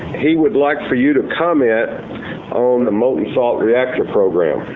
he would like for you to comment on the molten salt reactor program.